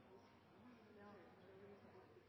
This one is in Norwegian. men det er bygget et